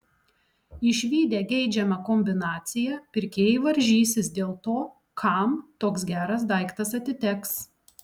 išvydę geidžiamą kombinaciją pirkėjai varžysis dėl to kam toks geras daiktas atiteks